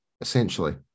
essentially